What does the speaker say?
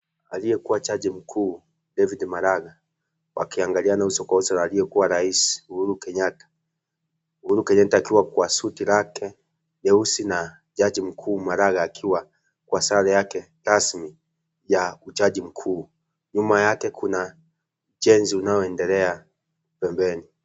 Aliyekua jaji mkuu David Maraga wakiangaliana uso kwa uso na aliyekua rais Uhuru Kenyatta, Uhuru Kenyatta akiwa kwa suti lake nyeusi na jaji mkuu Maraga akiwa kwa sare yake rasmi ya ujaji mkuu, nyuma yake kuna, ujenzi unaoendelea pembeni.